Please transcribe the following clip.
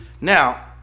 Now